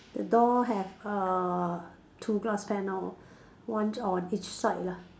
the door have uh two glass panel one on each side lah